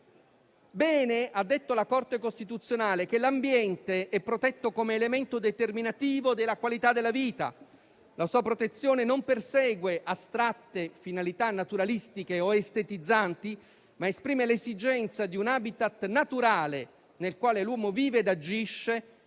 Bene ha detto la Corte costituzionale che «l'ambiente è protetto come elemento determinativo della qualità della vita. La sua protezione non persegue astratte finalità naturalistiche o estetizzanti, ma esprime l'esigenza di un *habitat* naturale nel quale l'uomo vive ed agisce